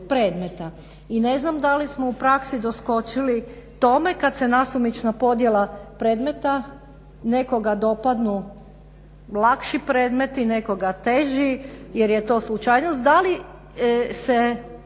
I ne znam da li smo u praksi doskočili tome kad se nasumična podjela predmeta nekoga dopadnu lakši predmeti, nekoga teži jer je to slučajnost,